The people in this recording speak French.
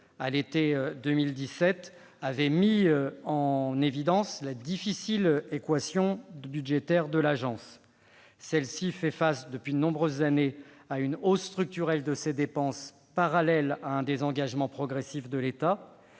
à l'été 2017, avait mis en évidence la difficile équation budgétaire de l'Agence. Celle-ci fait face, depuis de nombreuses années, à une hausse structurelle de ses dépenses parallèle à un désengagement progressif de l'État.